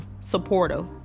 supportive